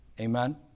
Amen